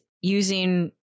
using